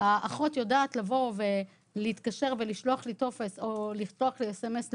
האחות יודעת להתקשר ולשלוח לי טופס או לשלוח לי סמ"ס למלא,